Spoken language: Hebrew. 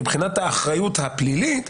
מבחינת האחריות הפלילית,